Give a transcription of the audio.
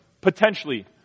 potentially